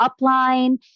upline